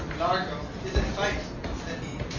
largo is in fife, said he.